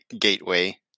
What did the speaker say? gateway